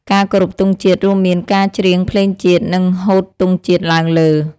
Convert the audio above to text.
ការគោរពទង់ជាតិរួមមានការច្រៀងភ្លេងជាតិ និងហូតទង់ជាតិឡើងលើ។